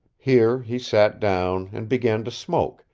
here he sat down, and began to smoke,